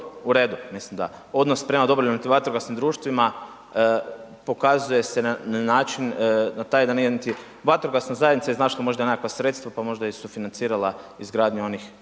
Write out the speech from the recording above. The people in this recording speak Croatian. u redu. Mislim da odnos prema dobrovoljnim vatrogasnim društvima pokazuje se na način, na taj da nije niti vatrogasna zajednica iznašla možda nekakva sredstva pa možda i sufinancirala izgradnju onih